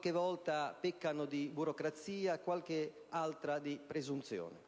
talvolta peccando di burocrazia, qualche altra di presunzione.